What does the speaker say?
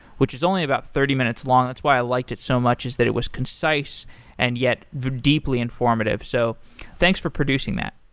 which is only about thirty minutes long. that's why i liked it so much, is that it was concise and yet deeply informative. so thanks for producing that.